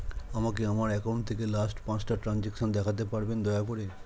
আমাকে আমার অ্যাকাউন্ট থেকে লাস্ট পাঁচটা ট্রানজেকশন দেখাতে পারবেন দয়া করে